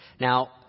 Now